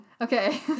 okay